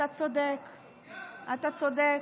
אתה צודק,